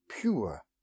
pure